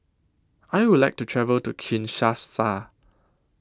I Would like to travel to Kinshasa